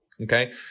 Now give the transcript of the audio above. Okay